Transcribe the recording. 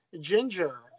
Ginger